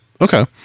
Okay